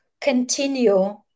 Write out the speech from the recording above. continue